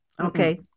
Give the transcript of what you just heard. Okay